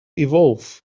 evolve